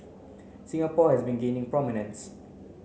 Singapore has been gaining prominences